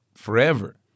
Forever